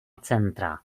centra